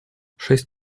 шесть